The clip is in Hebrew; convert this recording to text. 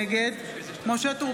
נגד משה טור